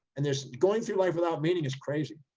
and there's, going through life without meaning is crazy.